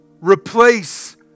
replace